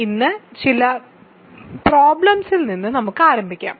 ഇന്ന് ചില പ്രോബ്ലെംസിൽ നിന്ന് നമുക്ക് ആരംഭിക്കാം